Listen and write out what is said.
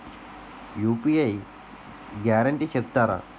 UPI guarantee చెప్తారా?